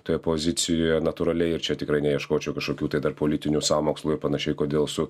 toje pozicijoje natūraliai ir čia tikrai neieškočiau kažkokių tai dar politinių sąmokslų ir panašiai kodėl su